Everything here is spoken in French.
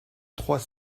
trois